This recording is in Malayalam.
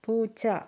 പൂച്ച